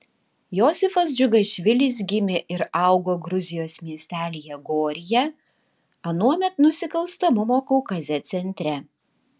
josifas džiugašvilis gimė ir augo gruzijos miestelyje goryje anuomet nusikalstamumo kaukaze centre